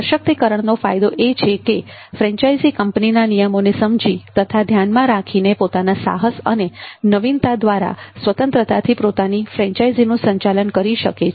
સશક્તિકરણનો ફાયદો એ છે કે ફ્રેન્ચાઇઝી કંપનીના નિયમોને સમજી તથા ધ્યાનમાં રાખીને પોતાના સાહસ અને નવીનતા દ્વારા સ્વતંત્રતાથી પોતાની ફ્રેન્ચાઇઝીનું સંચાલન કરી શકે છે